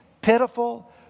Pitiful